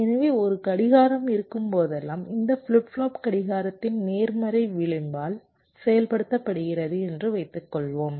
எனவே ஒரு கடிகாரம் இருக்கும் போதெல்லாம் இந்த ஃபிளிப் ஃப்ளாப் கடிகாரத்தின் நேர்மறை விளிம்பால் செயல்படுத்தப்படுகிறது என்று வைத்துக்கொள்வோம்